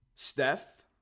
Steph